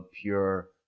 pure